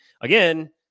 again